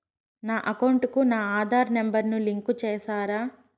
నా అకౌంట్ కు నా ఆధార్ నెంబర్ ను లింకు చేసారా